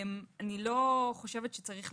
אני חושבת שלא צריך,